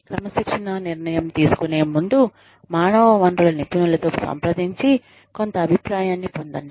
క్రమశిక్షణా నిర్ణయం తీసుకునే ముందు మానవ వనరుల నిపుణులతో సంప్రదించి కొంత అభిప్రాయాన్ని పొందండి